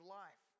life